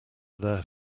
their